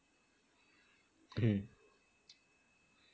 mm